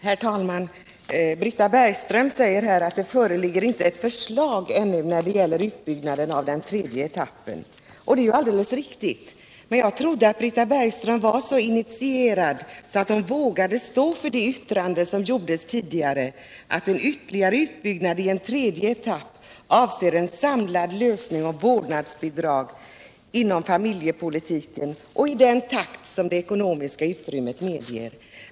Herr talman! Britta Bergström säger att det föreligger inte ett förslag ännu när det gäller utbyggnaden av den tredje etappen, och det är alldeles riktigt. Men jag trodde att Britta Bergström var så initierad att hon vågade stå för det yttrande som gjordes tidigare, nämligen att en ytterligare utbyggnad i en tredje etapp avser en samlad lösning av vårdnadsbidraget inom familjepolitiken och i den takt som det ekonomiska utrymmet medger.